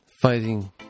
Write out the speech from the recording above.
fighting